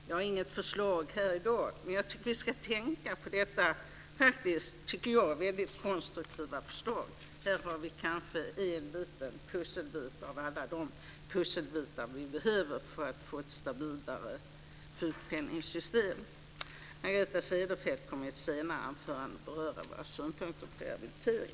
Jag har inget förslag här i dag, men jag tycker att vi ska tänka på detta väldigt konstruktiva förslag. Här har vi kanske en av alla de pusselbitar vi behöver för att få ett stabilare sjukpenningsystem. Margareta Cederfelt kommer i ett senare anförande att beröra våra synpunkter på rehabilitering.